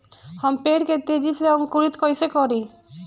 हम पेड़ के तेजी से अंकुरित कईसे करि?